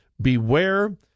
Beware